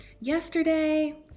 Yesterday